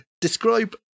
describe